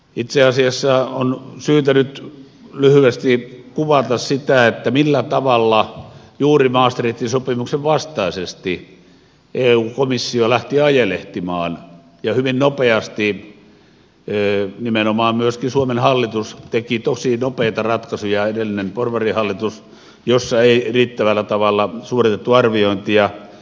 itse asiassa on syytä nyt lyhyesti kuvata sitä millä tavalla juuri maastrichtin sopimuksen vastaisesti eun komissio lähti ajelehtimaan ja hyvin nopeasti nimenomaan myöskin suomen hallitus edellinen porvarihallitus teki tosi nopeita ratkaisuja joissa ei riittävällä tavalla suoritettu arviointia